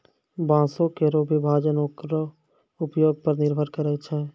बांसों केरो विभाजन ओकरो उपयोग पर निर्भर करै छै